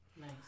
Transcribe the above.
Nice